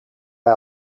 bij